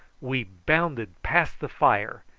we bounded past the fire,